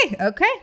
okay